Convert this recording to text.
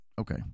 okay